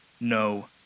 no